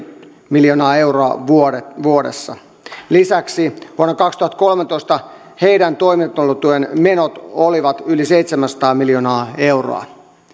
miljoonaa euroa vuodessa lisäksi vuonna kaksituhattakolmetoista heidän toimeentulotukensa menot olivat yli seitsemänsataa miljoonaa euroa